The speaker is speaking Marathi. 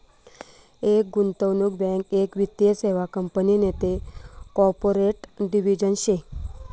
एक गुंतवणूक बँक एक वित्तीय सेवा कंपनी नैते कॉर्पोरेट डिव्हिजन शे